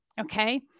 okay